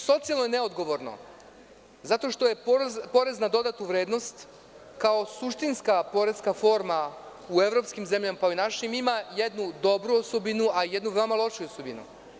Socijalno je neodgovorno, zato što je PDV kao suštinska poreska forma u evropskim zemljama, pa i u našim, ima jednu dobru osobinu, a jednu veoma lošu osobinu.